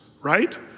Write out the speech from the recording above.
right